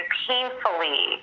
painfully